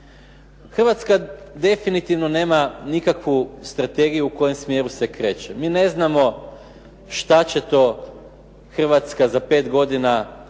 Hrvatska definitivno nema nikakvu strategiju u kojem smjeru se kreće. Mi ne znamo šta će to Hrvatska za 5 godina proizvoditi,